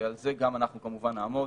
ועל זה גם אנחנו כמובן נעמוד,